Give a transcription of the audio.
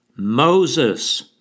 Moses